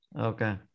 Okay